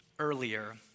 Earlier